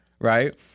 right